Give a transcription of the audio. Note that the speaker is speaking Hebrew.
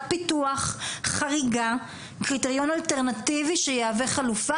פיתוח חריגה קריטריון אלטרנטיבי שיהווה חלופה,